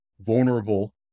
vulnerable